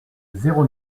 zéro